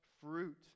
fruit